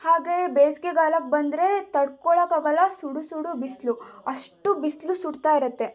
ಹಾಗೇ ಬೇಸ್ಗೆಗಾಲಕ್ಕೆ ಬಂದರೆ ತಡ್ಕೊಳಕ್ಕೆ ಆಗಲ್ಲ ಸುಡು ಸುಡು ಬಿಸಿಲು ಅಷ್ಟು ಬಿಸಿಲು ಸುಡ್ತಾ ಇರತ್ತೆ